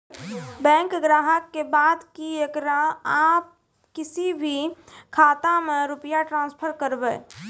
Bank ग्राहक के बात की येकरा आप किसी भी खाता मे रुपिया ट्रांसफर करबऽ?